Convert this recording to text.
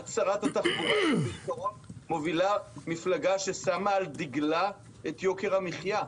שרת התחבורה בעיקרון מובילה מפלגה ששמה על דגלה את יוקר המחייה,